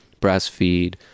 breastfeed